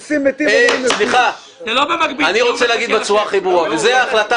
אני רוצה להגיד בצורה הכי ברורה את ההחלטה